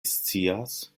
scias